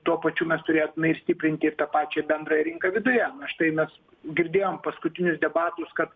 tuo pačiu mes turėtume ir stiprinti ir tą pačią bendrąją rinką viduje na štai mes girdėjom paskutinius debatus kad